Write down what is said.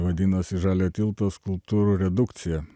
vadinosi žaliojo tilto skulptūrų redukcija